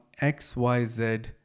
xyz